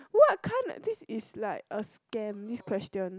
what kinda this is like a scam this question